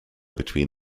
between